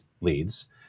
leads